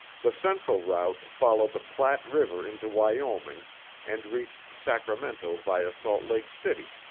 the central route followed the platte river into wyoming and reached sacramento via salt lake city,